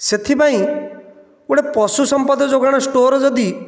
ସେଥିପାଇଁ ଗୋଟେ ପଶୁ ସମ୍ପଦ ଯୋଗାଣ ଷ୍ଟୋର ଯଦି